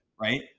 right